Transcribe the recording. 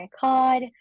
card